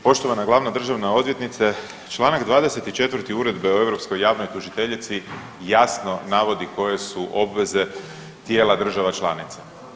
Poštovana glavna državna odvjetnice, čl. 24 Uredbe o europskoj javnoj tužiteljici jasno navodi koje su obveze tijela država članica.